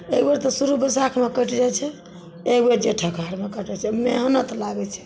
एक बेर तऽ शुरू बैसाखमे कटि जाइ छै एक बेर जेठ अखाड़मे कटै छै मेहनत लागै छै